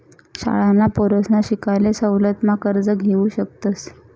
शाळांना पोरसना शिकाले सवलत मा कर्ज घेवू शकतस